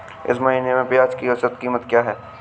इस महीने में प्याज की औसत कीमत क्या है?